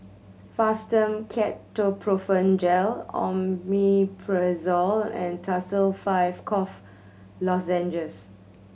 Fastum Ketoprofen Gel Omeprazole and Tussils Five Cough Lozenges